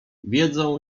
wiedzą